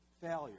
failure